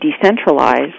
decentralized